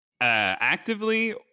actively